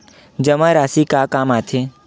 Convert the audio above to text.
जमा राशि का काम आथे?